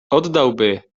oddałby